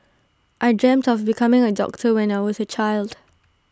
I dreamt of becoming A doctor when I was A child